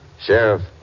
Sheriff